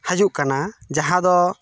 ᱦᱟᱹᱡᱩᱜ ᱠᱟᱱᱟ ᱡᱟᱦᱟᱸ ᱫᱚ